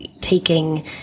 taking